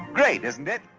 great, isn't it?